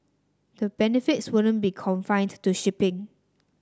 the benefits wouldn't be confined to shipping